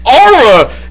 Aura